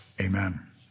Amen